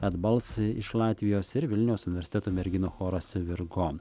adbals iš latvijos ir vilniaus universiteto merginų choras virgo